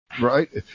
Right